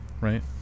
right